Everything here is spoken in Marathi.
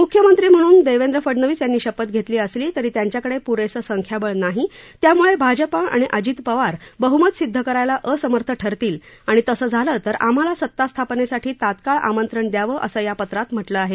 मुख्यमंत्री म्हणून देवेंद्र फडनवीस यांनी शपथ घेतली असली तरी त्यांच्याकडे पुरेसं संख्याबळ नाही त्यामुळे भाजपा आणि अजित पवार बहुमत सिद्ध करायला असमर्थ ठरतील आणि तसं झालं तर आम्हाला सत्ता स्थापनेसाठी तात्काळ आमंत्रण द्यावं असं या पत्रात म्हटलं आहे